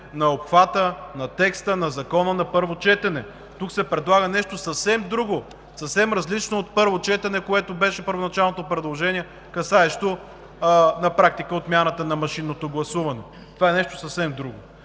на обхвата на текста на Закона на първо четене. Тук се предлага нещо съвсем друго, съвсем различно от първо четене, което беше първоначалното предложение, касаещо на практика отмяната на машинното гласуване. Това е нещо съвсем друго